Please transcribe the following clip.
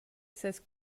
ses